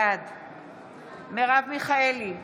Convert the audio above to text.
בעד מרב מיכאלי,